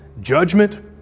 judgment